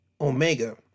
Omega